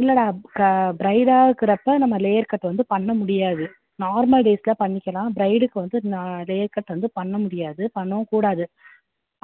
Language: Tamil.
இல்லைடா ப்ரைடாக இருக்கிறப்ப நம்ம வந்து லேயர் கட் வந்து பண்ண முடியாது நார்மல் டேஸில் பண்ணிக்கலாம் ப்ரைடுக்கு வந்து லேயர் கட் வந்து பண்ண முடியாது பண்ணவும் கூடாது